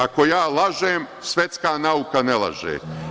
Ako ja lažem, svetska nauka ne laže.